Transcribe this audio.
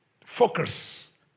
focus